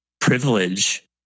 privilege